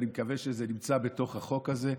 ואני מקווה שזה נמצא בתוך החוק הזה,